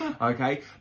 okay